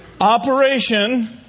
operation